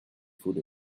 food